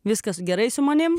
viskas gerai su manimi